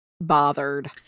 bothered